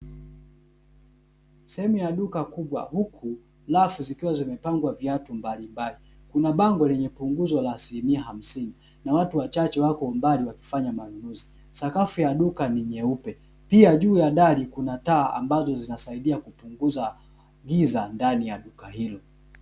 Sehemu ya duka huku rafu zikiwa zimepangwa viatu mbalimbali, kuna bango lenye punguzo la asilimia hamsini na watu wako mbali wakifanya manunuzi, sakafu ya duka ni nyeupe , pia juu ya dari kuna taa ambazo zinasaidia kupunguza giza ndani ya duka hilo.